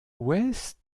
ouest